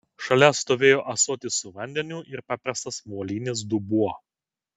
šalia stovėjo ąsotis su vandeniu ir paprastas molinis dubuo